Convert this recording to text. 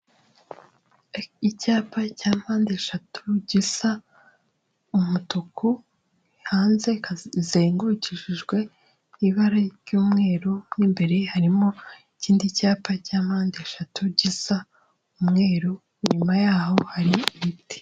Icyapa cya mpande eshatu gisa umutuku haze hazengurukishijwe ibara ry'umweru mw,imbere harimo ikindi cyapa cya mpande eshatu gisa umweru inyuma yaho hari ibiti.